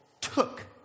took